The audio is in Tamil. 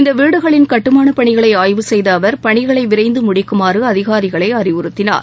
இந்த வீடுகளின் கட்டுமானப் பணிகளை ஆய்வு செய்த அவர் பணிகளை விரைந்து முடிக்குமாறு அதிகாரிகளை அறிவுறுத்தினார்